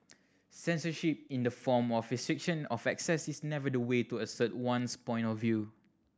censorship in the form of a restriction of access is never the way to assert one's point of view